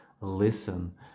listen